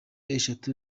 eshatu